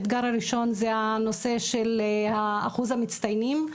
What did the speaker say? האתגר הראשון זה הנושא של אחוז המצטיינים.